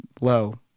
low